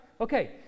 Okay